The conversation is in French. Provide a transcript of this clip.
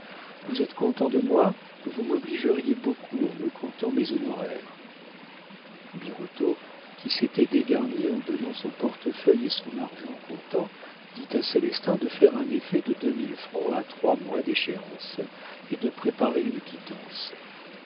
vous êtes content de moi vous m'obligeriez beaucoup en me comptant mes honoraires birotteau qui s'était dégarni en donnant son portefeuille et son argent comptant dit à célestin de faire un effet de deux mille francs à trois mois d'échéance et de préparer une quittance